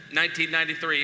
1993